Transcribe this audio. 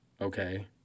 Okay